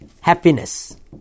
happiness